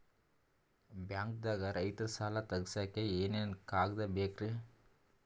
ಬ್ಯಾಂಕ್ದಾಗ ರೈತರ ಸಾಲ ತಗ್ಸಕ್ಕೆ ಏನೇನ್ ಕಾಗ್ದ ಬೇಕ್ರಿ?